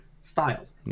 Styles